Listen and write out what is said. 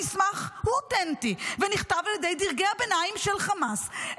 המסמך הוא אותנטי ונכתב על יד דרגי הביניים שלך חמאס,